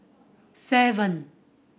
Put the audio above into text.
seven